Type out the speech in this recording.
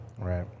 Right